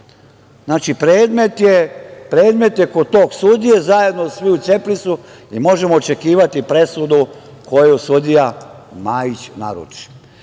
Znači, predmet je kod tog sudije, zajedno svi u CEPRIS-u i možemo očekivati presudu koju sudija Majić